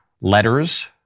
letters